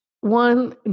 one